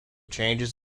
changes